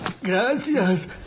Gracias